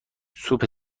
سوپ